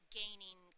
gaining